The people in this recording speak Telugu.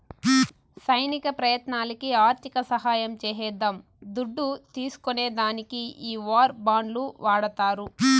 సైనిక ప్రయత్నాలకి ఆర్థిక సహాయం చేసేద్దాం దుడ్డు తీస్కునే దానికి ఈ వార్ బాండ్లు వాడతారు